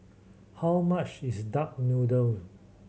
how much is duck noodle